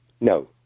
No